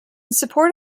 support